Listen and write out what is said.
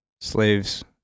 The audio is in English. slaves